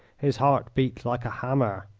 his heart beats like a hammer.